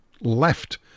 left